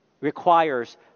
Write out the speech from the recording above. requires